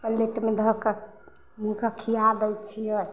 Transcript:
प्लेटमे धऽके हुनका खिआ दै छिअनि